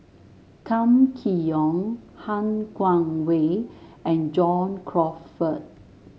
Kam Kee Yong Han Guangwei and John Crawfurd